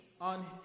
on